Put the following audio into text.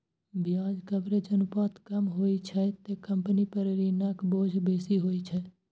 ब्याज कवरेज अनुपात कम होइ छै, ते कंपनी पर ऋणक बोझ बेसी होइ छै